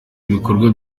ibikorwa